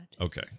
Okay